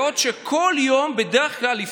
בעוד שבדרך כלל,